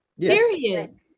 Period